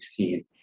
2016